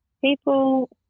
people